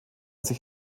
sich